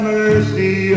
mercy